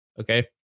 Okay